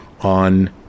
on